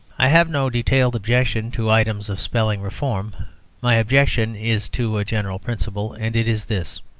i have no detailed objection to items of spelling-reform my objection is to a general principle and it is this.